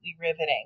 riveting